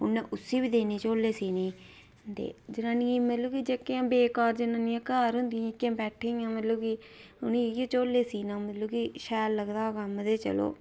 उनें उसी बी देने झोले सीने गी ते जनानियां मतलब कि जेह्कियां बेकार जनानियां जेह्कियां घर होंदियां बैठी दियां कि उ'नेंगी इ'यै झोले सीना मतलब कि शैल लगदा कम्म चलो जी